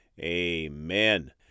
Amen